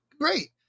Great